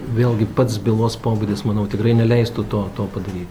vėlgi pats bylos pobūdis manau tikrai neleistų to to padaryt